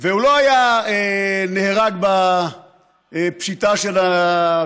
והוא לא היה נהרג בפשיטה של הקומנדו